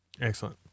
excellent